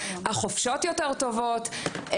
החופשות יותר טובות,